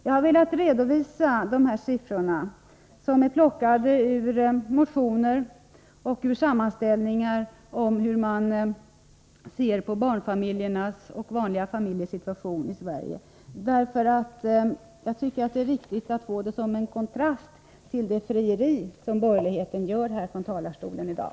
Jag har velat redovisa de här siffrorna, som är tagna ur motioner och ur sammanställningar av hur man ser på barnfamiljernas och vanliga familjers situation i Sverige. Jag tycker att det är viktigt att ta fram detta som en kontrast till det frieri som borgerligheten ägnar sig åt här från talarstolen i dag.